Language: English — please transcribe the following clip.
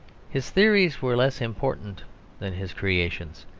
his theories were less important than his creations,